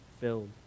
filled